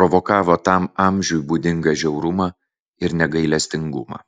provokavo tam amžiui būdingą žiaurumą ir negailestingumą